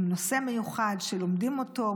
עם נושא מיוחד שלומדים אותו,